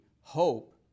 hope